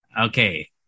Okay